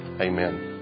amen